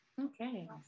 Okay